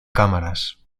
cámaras